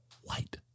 white